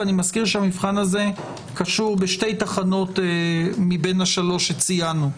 ואני מזכיר שהמבחן הזה קשור בשתי תחנות מבין השלוש שציינו: